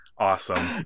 Awesome